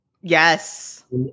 Yes